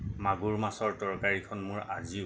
মাগুৰ মাছৰ তৰকাৰীখন মোৰ আজিও